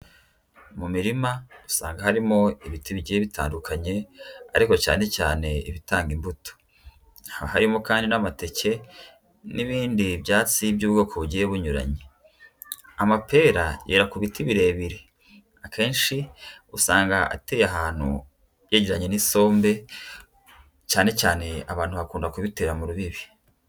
Mu mirima usanga harimo ibiti bigiye bitandukanye, ariko cyane cyane ibitanga imbuto, haba harimo kandi n'amateke n'ibindi byatsi by'ubwoko bugiye bunyuranye, amapera yera ku biti birebire, akenshi usanga ateye ahantu byegeranye n'isombe, cyane cyane abantu bakunda kubitera mu rubibi.